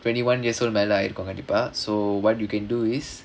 twenty one years old மேல ஆயிருக்கும் கண்டிப்பா:mela aayirukkum kandippaa so what you can do is